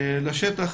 כשאני אומר שטח,